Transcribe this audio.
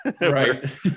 right